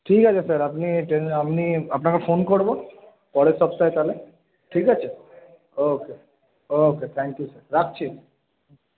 ঠিক আছে স্যার আপনি টেনি আপনি আপনাকে ফোন করব পরের সপ্তাহে তাহলে ঠিক আছে okay okay thank you sir রাখছি হুম